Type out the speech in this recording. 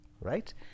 right